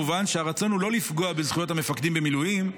מובן שהרצון הוא לא לפגוע בזכויות המפקדים במילואים,